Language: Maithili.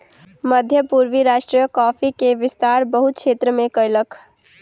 मध्य पूर्वी राष्ट्र कॉफ़ी के विस्तार बहुत क्षेत्र में कयलक